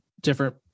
different